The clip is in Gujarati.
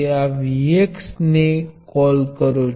આપણે જાણીએ છીએ કે V1 એ L1 dIdt છે અને V2 એ એ L2 dIdt છે